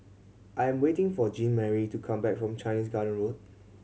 I am waiting for Jeanmarie to come back from Chinese Garden Road